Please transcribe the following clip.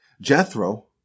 Jethro